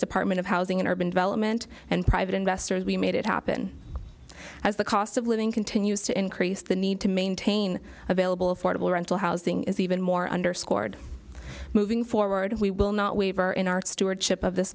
department of housing and urban development and private investors we made it happen as the cost of living continues to increase the need to maintain available affordable rental housing is even more underscored moving forward and we will not waver in our stewardship of this